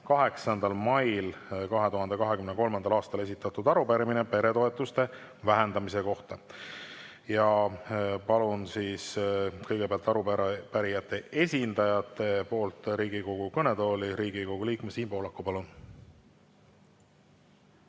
8. mail 2023. aastal esitatud arupärimine peretoetuste vähendamise kohta. Palun kõigepealt arupärijate esindajate nimel Riigikogu kõnetooli Riigikogu liikme Siim Pohlaku. Palun!